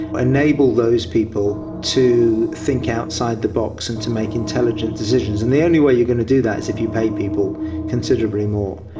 enable those people to think outside the box and to make intelligent decisions. and the only way you are going to do that is if you pay people considerably more.